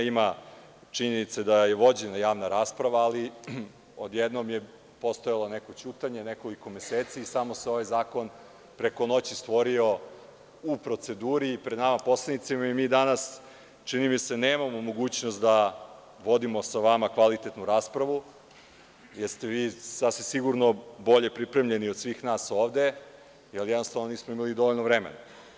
Ima činjenice da je vođena javna rasprava, ali odjednom je postojalo neko ćutanje nekoliko meseci i samo se ovaj zakon preko noći stvorio u proceduri pred nama poslanicima i mi danas, čini mi se, nemamo mogućnost da vodimo sa vama kvalitetnu raspravu jer ste vi sasvim sigurno bolje pripremljeni od svih nas ovde, jer jednostavno nismo imali dovoljno vremena.